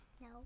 No